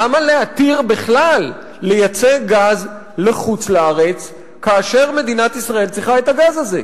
למה להתיר בכלל לייצא גז לחוץ-לארץ כאשר מדינת ישראל צריכה את הגז הזה?